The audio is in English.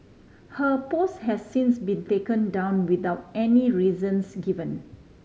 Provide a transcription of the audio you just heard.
her post has since been taken down without any reasons given